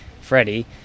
Freddie